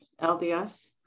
LDS